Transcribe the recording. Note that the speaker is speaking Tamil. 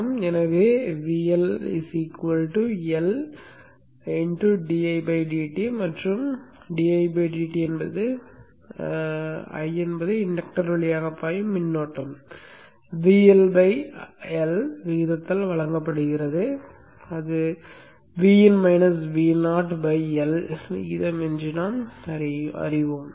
எனவே VL மற்றும் i என்பது இன்டக்டர் வழியாக பாயும் மின்னோட்டம் VL L விகிதத்தால் வழங்கப்படுகிறது அல்லது அது Vin - Vo L விகிதம் என்பதை நாம் அறிவோம்